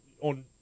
on